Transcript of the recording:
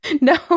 No